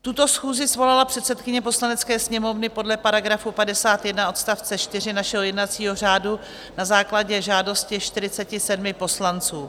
Tuto schůzi svolala předsedkyně Poslanecké sněmovny podle § 51 odst. 4 našeho jednacího řádu na základě žádosti 47 poslanců.